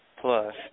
plus